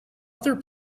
other